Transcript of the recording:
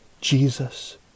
Jesus